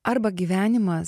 arba gyvenimas